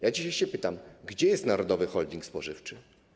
Ja dzisiaj się pytam: Gdzie jest narodowy holding spożywczy?